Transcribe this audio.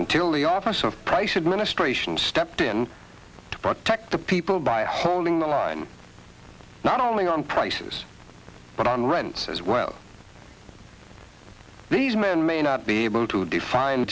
until the office of price administration stepped in to protect the people by holding the line not only on prices but on rent as well these men may not be able to define